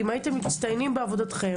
אם הייתם מצטיינים בעבודתכם,